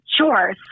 Sure